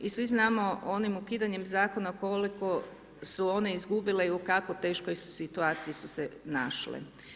I svi znamo onim ukidanjem zakona koliko su one izgubile i u kako teškoj situaciji su se našle.